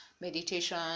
meditation